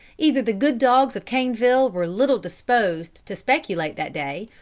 either the good dogs of caneville were little disposed to speculate that day,